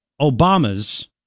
Obama's